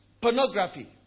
pornography